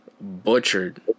butchered